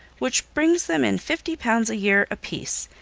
which brings them in fifty pounds a year a-piece,